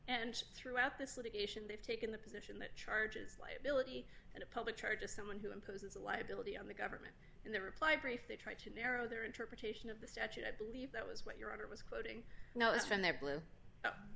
and throughout this litigation they've taken the position that charges lay billet and a public charges someone who poses a liability on the government in their reply brief they tried to narrow their interpretation of the statute i believe that was what your honor was quoting